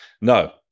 No